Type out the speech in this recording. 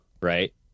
right